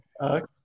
Okay